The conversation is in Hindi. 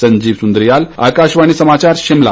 संजीव सुंद्रियाल आकाशवाणी समाचार शिमला